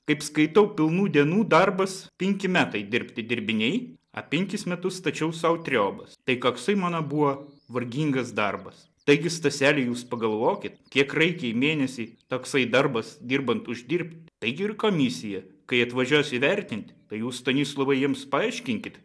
kaip skaitau pilnų dienų darbas penki metai dirbti dirbiniai a penkis metus stačiau sau triobas tai taksai mano buvo vargingas darbas taigi staseli jūs pagalvokit kiek reikia į mėnesį toksai darbas dirbant uždirbt taigi ir komisija kai atvažiuos įvertint tai jūs stanislovai jiems paaiškinkit